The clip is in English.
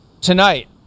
Tonight